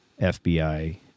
FBI